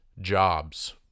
jobs